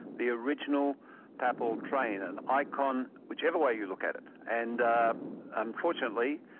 the original papal train. an icon whichever way you look at it. and ah unfortunately,